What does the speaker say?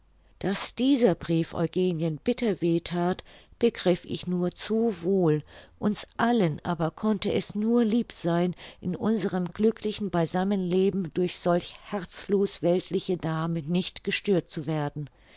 daß dieser brief eugenien bitter weh that begriff ich nur zu wohl uns allen aber konnte es nur lieb sein in unserem glücklichen beisammenleben durch solch herzlos weltliche dame nicht gestört zu werden